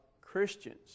Christians